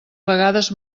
vegades